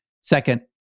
Second